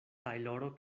tajloro